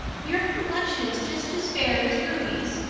your complexion is just as fair as ruby's,